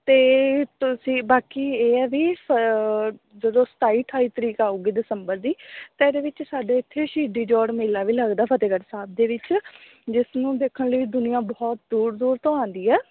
ਅਤੇ ਤੁਸੀਂ ਬਾਕੀ ਇਹ ਵੀ ਜਦੋਂ ਸਤਾਈ ਅਠਾਈ ਤਰੀਕ ਆਵੇਗੀ ਦਸੰਬਰ ਦੀ ਤਾਂ ਇਹਦੇ ਵਿੱਚ ਸਾਡੇ ਇੱਥੇ ਸ਼ਹੀਦੀ ਜੋੜ ਮੇਲਾ ਵੀ ਲੱਗਦਾ ਫਤਿਹਗੜ੍ਹ ਸਾਹਿਬ ਦੇ ਵਿੱਚ ਜਿਸ ਨੂੰ ਦੇਖਣ ਲਈ ਦੁਨੀਆਂ ਬਹੁਤ ਦੂਰ ਦੂਰ ਤੋਂ ਆਉਂਦੀ ਆ